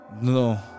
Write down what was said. No